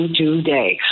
today